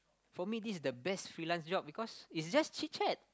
for me this is the best freelance job because it's just chit-chat